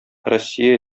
россия